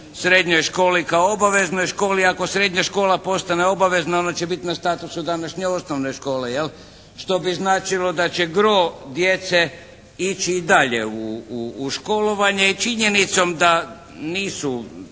srednjoj školi kao obaveznoj školi. Ako srednja škola postane obavezna ona će biti na statusu današnje osnovne škole, jel što bi značilo da bi gro djece ići dalje u školovanje i činjenicom da nisu